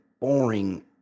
boring